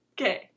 Okay